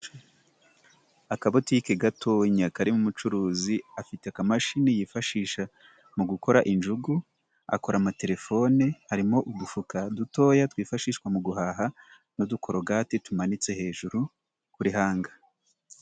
Akabutike gatonya karimo umucuruzi afite akamashini yifashisha mu gukora injugu akora amatelefone harimo udufuka dutoya twifashishwa mu guhaha n'udukorogati tumanitse hejuru kuri hanga.